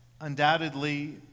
undoubtedly